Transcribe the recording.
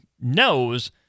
knows